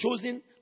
chosen